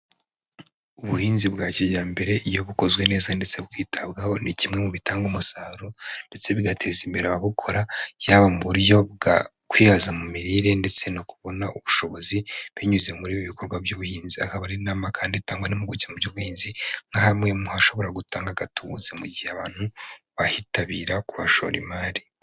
Ubuhinzi bwa kijyambere iyo bukozwe neza ndetse bukitabwaho, ni kimwe mu bitanga umusaruro ndetse bigateza imbere ababukora, yaba mu buryo bwo kwihaza mu mirire ndetse no kubona ubushobozi binyuze muri ibi bikorwa by'ubuhinzi; akaba ari inama kandi itangwa n'impuguke mu by'ubuhinzi, nka hamwe mu hashobora gutanga agatubutse mu gihe abantu bahitabira kuhashora imari.